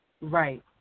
Right